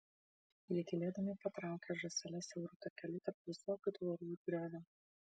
jie tylėdami patraukė žąsele siauru takeliu tarp visokių tvorų ir griovio